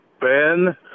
Ben